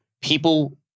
People